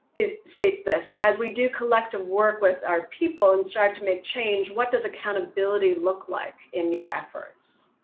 it states this, this, as we do collect work with our people and start to make change, what does accountability look like in your efforts?